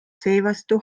seevastu